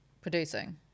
Producing